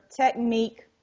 technique